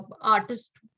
artist